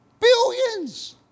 Billions